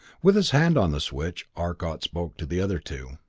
with his hand on the switch, arcot spoke to the other two.